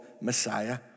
Messiah